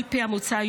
על פי המוצע,